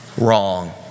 wrong